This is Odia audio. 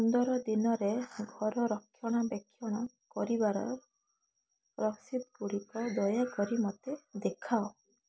ପନ୍ଦର ଦିନରେ ଘର ରକ୍ଷଣବେକ୍ଷଣ କରିବାର ରସିଦଗୁଡ଼ିକ ଦୟାକରି ମୋତେ ଦେଖାଅ